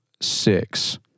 six